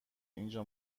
اینجا